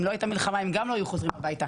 אם לא הייתה מלחמה הם לא היו חוזרים הביתה.